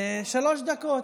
שלוש דקות.